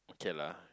kay lah